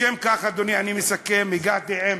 לשם כך, אדוני, אני מסכם, הגעתי עם